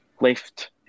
left